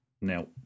Now